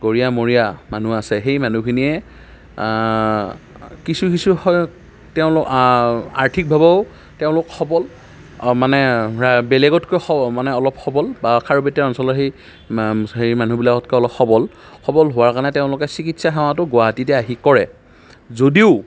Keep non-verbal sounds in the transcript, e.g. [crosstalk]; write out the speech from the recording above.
গৰীয়া মৰীয়া মানুহ আছে সেই মানুহখিনিয়ে কিছু কিছু [unintelligible] তেওঁ আৰ্থিকভাৱেও তেওঁলোক সবল মানে বেলেগতকৈ মানে সবল বা খাৰুপেটীয়া অঞ্চলৰ সেই মানুহখিনি হেৰি মানুহবিলাকতকৈ অলপ সবল সবল হোৱা কাৰণে তেওঁলোকে চিকিৎসা সেৱাতো গুৱাহাটীতে আহি কৰে যদিও